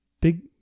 Big